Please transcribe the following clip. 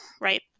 right